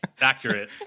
accurate